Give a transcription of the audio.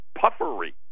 puffery